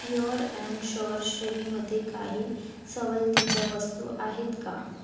pure and sure श्रेणीमध्ये काही सवलतीच्या वस्तू आहेत का